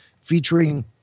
featuring